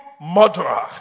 murderer